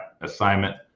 assignment